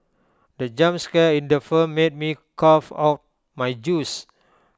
the jump scare in the firm made me cough out my juice